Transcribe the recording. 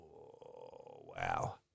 Wow